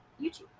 YouTube